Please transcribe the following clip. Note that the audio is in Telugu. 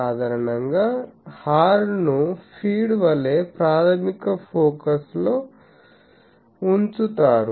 సాధారణంగా హార్న్ ను ఫీడ్ వలె ప్రాధమిక ఫోకస్ లో ఉంచుతారు